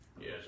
Yes